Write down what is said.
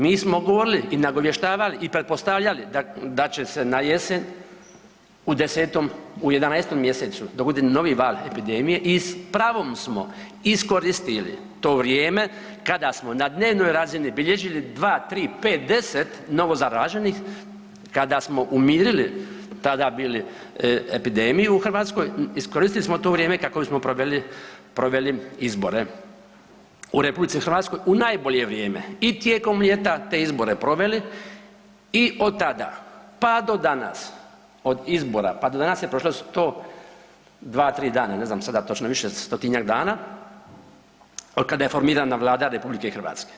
Mi smo govorili i nagovještavali i pretpostavljali da će se na jesen u 10., u 11. mjesecu da bude novi val epidemije i s pravom smo iskoristili to vrijeme kada smo na dnevnoj razini bilježili 2, 3, 5, 10 novo zaraženih, kada smo umirili tada bili epidemiju u Hrvatskoj, iskoristili smo to vrijeme kako bismo proveli, proveli izbore u RH u najbolje vrijeme i tijekom ljeta te izbore proveli i od tada, pa do danas, od izbora, pa do danas je prošlo 102-3 dana, ne znam sada točno više, 100-tinjak dana otkada je formirana Vlada RH.